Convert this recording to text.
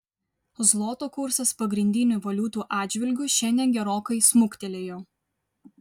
zloto kursas pagrindinių valiutų atžvilgiu šiandien gerokai smuktelėjo